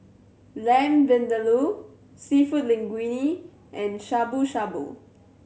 Lamb Vindaloo Seafood Linguine and Shabu Shabu